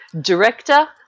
director